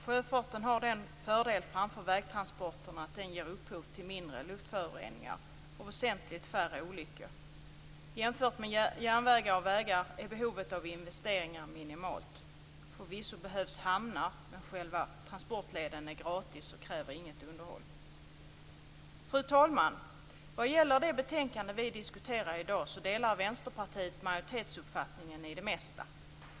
Sjöfarten har den fördelen framför vägtransporterna att den ger upphov till mindre luftföroreningar och väsentligt färre olyckor. Jämfört med järnvägar och vägar är behovet av investeringar minimalt. Förvisso behövs hamnar, men själva transportleden är gratis och kräver inget underhåll. Fru talman! Vad gäller det betänkande vi diskuterar i dag delar Vänsterpartiet majoritetsuppfattningen i det mesta.